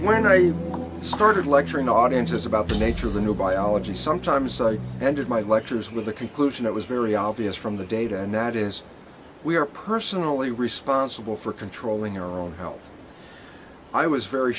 when i started lecturing audiences about the nature of the new biology sometimes i ended my lectures with the conclusion it was very obvious from the data and that is we are personally responsible for controlling our own health i was very